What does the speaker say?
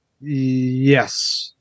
Yes